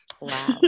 Wow